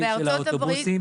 של האוטובוסים -- בארצות הברית,